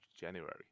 January